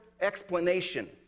explanation